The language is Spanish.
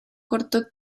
corto